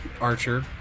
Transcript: Archer